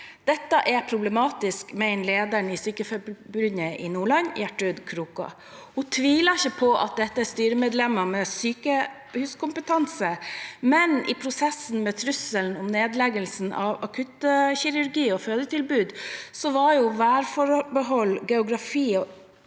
Dette er problematisk, mener lederen for Norsk Sykepleierforbund i Nordland, Gjertrud Krokaa. Hun tviler ikke på at dette er styremedlemmer med sykehuskompetanse, men i prosessen med trusselen om nedleggelse av akuttkirurgi og fødetilbud var jo værforhold, geografi og infrastruktur